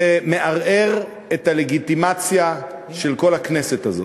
זה מערער את הלגיטימציה של כל הכנסת הזאת.